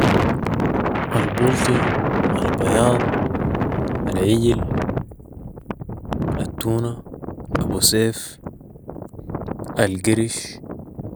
البلطي ، البياض ، العجل ، التونة ، ابوسيف ، القرش